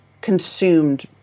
consumed